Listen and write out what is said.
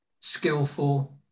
skillful